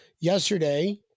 yesterday